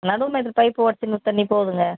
நடு பைப்பு உடச்சின்னு தண்ணி போகுதுங்க